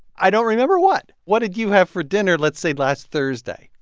i don't remember what. what did you have for dinner, let's say, last thursday?